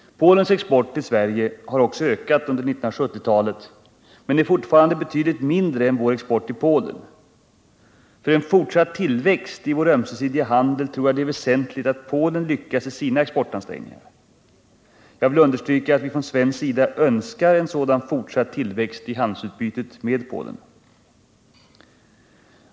Polens export till Sverige har också ökat under 1970-talet men är fortfarande betydligt mindre än vår export till Polen. För en fortsatt tillväxt i vår ömsesidiga handel tror jag det är väsentligt att Polen lyckas i sina exportansträngningar. Jag vill understryka att vi från svensk sida önskar en sådan fortsatt tillväxt i handelsutbytet med Polen.